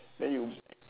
then you